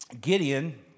Gideon